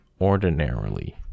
ordinarily